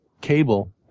cable